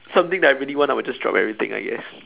something that I really want I will just drop everything I guess